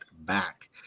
back